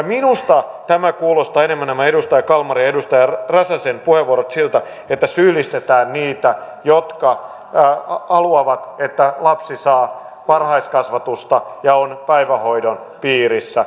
minusta nämä edustaja kalmarin ja edustaja räsäsen puheenvuorot kuulostavat enemmän siltä että syyllistetään niitä jotka haluavat että lapsi saa varhaiskasvatusta ja on päivähoidon piirissä